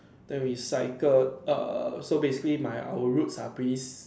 then we cycle err so basically my our roads are pretty si~